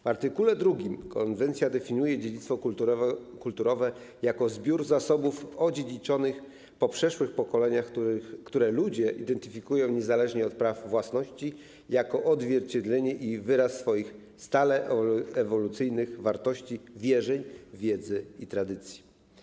W art. 2 konwencja definiuje dziedzictwo kulturowe jako zbiór zasobów odziedziczonych po przeszłych pokoleniach, które ludzie identyfikują niezależnie od praw własności jako odzwierciedlenie i wyraz swoich stale ewolucyjnych wartości wierzeń, wiedzy i tradycji.